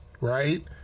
right